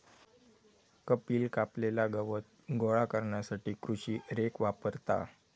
कपिल कापलेला गवत गोळा करण्यासाठी कृषी रेक वापरता